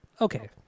okay